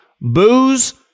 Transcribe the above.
Booze